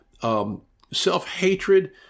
self-hatred